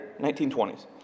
1920s